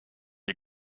you